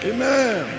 Amen